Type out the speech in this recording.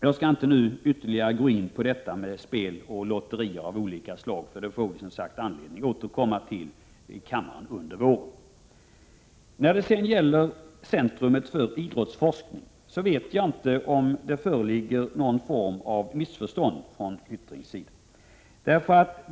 Jag skall inte ytterligare gå in på spel och lotteri av olika slag, eftersom vi får anledning att återkomma till detta i kammaren under våren. När det gäller centrumet för idrottsforskning vet jag inte om det föreligger någon form av missförstånd från Jan Hyttrings sida.